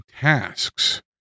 tasks